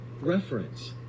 Reference